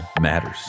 matters